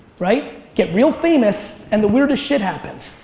right? get real famous and the weirdest shit happens,